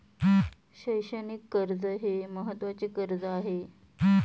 शैक्षणिक कर्ज हे महत्त्वाचे कर्ज आहे